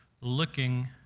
looking